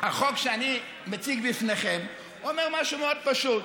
החוק שאני מציג בפניכם אומר משהו מאוד פשוט.